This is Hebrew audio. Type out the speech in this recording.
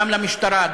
גם למשטרה,